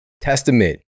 testament